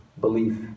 belief